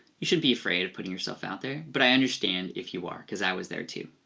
you shouldn't be afraid of putting yourself out there, but i understand if you are, cause i was there too.